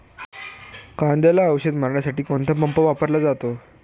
कांद्याला औषध मारण्यासाठी कोणता पंप वापरला जातो?